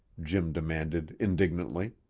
jim demanded indignantly.